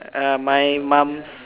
uh my mom's